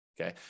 Okay